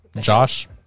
Josh